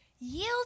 Yield